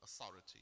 authority